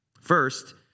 First